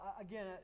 again